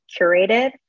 curated